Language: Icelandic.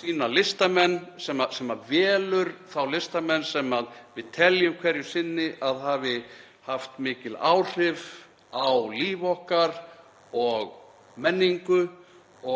sína listamenn, sem velur þá listamenn sem við teljum hverju sinni að hafi haft mikil áhrif á líf okkar og menningu